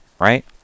Right